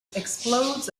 explodes